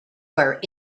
were